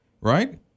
right